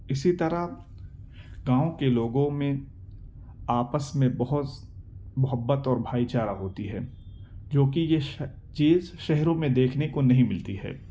اسی طرح گاؤں کے لوگوں میں آپس میں بہت محبت اور بھائی چارہ ہوتی ہے جوکہ یہ چیز شہروں میں دیکھنے کو نہیں ملتی ہے